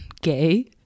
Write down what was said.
Gay